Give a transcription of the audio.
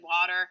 water